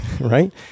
Right